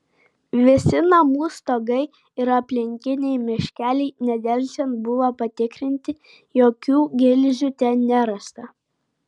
visi namų stogai ir aplinkiniai miškeliai nedelsiant buvo patikrinti jokių gilzių ten nerasta